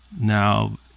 Now